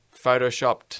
Photoshopped